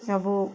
ସବୁ